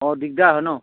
অঁ দিগদাৰ হয় ন